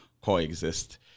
coexist